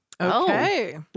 Okay